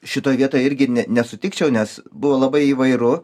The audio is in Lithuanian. šitoj vietoj irgi ne nesutikčiau nes buvo labai įvairu